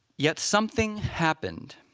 yet something happened